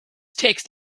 text